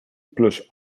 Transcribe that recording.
plus